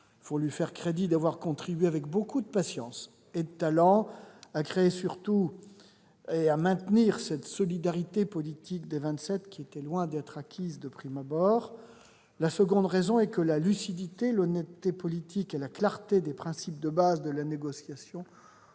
Il faut lui faire crédit d'avoir contribué, avec beaucoup de patience et de talent, à créer et, surtout, à maintenir cette solidarité politique des Vingt-Sept, qui était loin d'être acquise de prime abord. La seconde raison est que la lucidité, l'honnêteté politique et la clarté des principes de base de la négociation